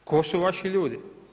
Tko su vaši ljudi?